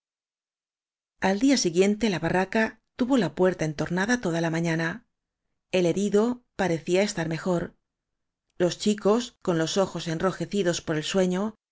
al día siguiente la barraca tuvo la puerta entornada toda la mañana el herido parecía estar mejor los chicos con los ojos enrojecidos por el sueño